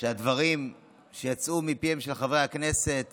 שהדברים שיצאו מפיהם של חברי הכנסת